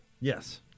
Yes